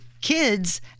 kids